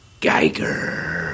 Geiger